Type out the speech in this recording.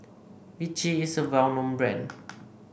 Vichy is a well known brand